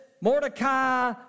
Mordecai